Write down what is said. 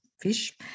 fish